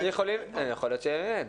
יכול להיות שאין.